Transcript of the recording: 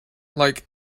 like